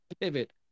pivot